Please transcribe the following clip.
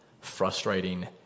frustrating